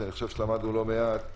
ואני חושב שלמדנו בו לא מעט,